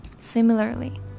Similarly